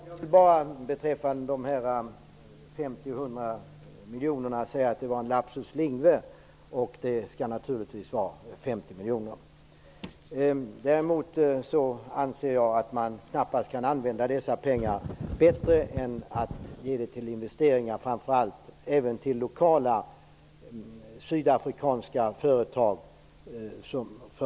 Fru talman! Jag vill bara beträffande de 50 och 100 miljonerna säga att det var en lapsus linguae. Det skall naturligtvis vara 50 miljoner. Däremot anser jag att man knappast kan använda dessa pengar bättre än att ge dem till investeringar, framför allt till lokala sydafrikanska företag.